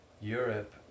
Europe